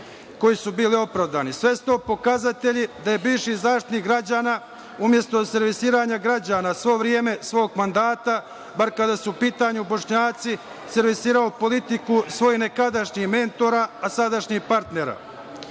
koji su bili opravdani. Sve su to pokazatelji da je bivši Zaštitnik građana, umesto servisiranja građana sve vreme svog mandata, bar kada su u pitanju Bošnjaci, servisirao politiku svojih nekadašnjih mentora, a sadašnjih partnera. Pogubnost